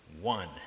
one